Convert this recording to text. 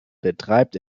betreibt